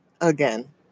again